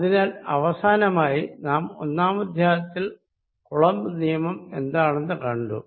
അതിനാൽ അവസാനമായി നാം ഒന്നാമധ്യായത്തിൽ കൂളംബ് നിയമം എന്താണെന്നു കണ്ടു